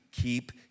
keep